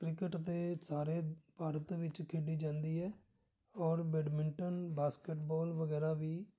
cricket ਤਾਂ ਸਾਰੇ ਭਾਰਤ ਵਿੱਚ ਖੇਡੀ ਜਾਂਦੀ ਹੈ ਔਰ ਬੈਡਮਿੰਟਨ ਬਾਸਕਟਬੋਲ ਵਗੈਰਾ ਵੀ